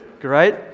great